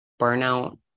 burnout